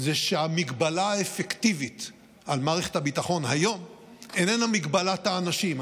שהמגבלה האפקטיבית על מערכת הביטחון היום איננה מגבלת האנשים.